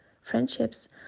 friendships